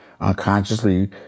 unconsciously